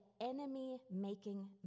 enemy-making